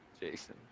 Jason